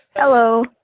Hello